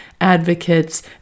advocates